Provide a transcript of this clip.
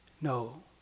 No